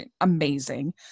amazing